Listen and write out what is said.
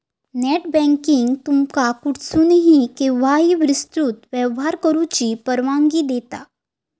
net banking तुमका कुठसूनही, केव्हाही विस्तृत व्यवहार करुची परवानगी देता